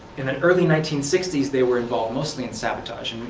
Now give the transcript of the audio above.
in the early nineteen sixty s, they were involved mostly in sabotage.